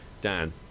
dan